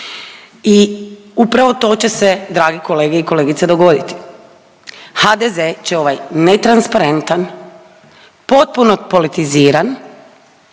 I upravo to će se dragi kolege i kolegice dogoditi. HDZ će ovaj netransparentan, potpuno politiziran